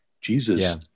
Jesus